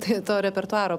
tai to repertuaro